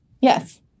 yes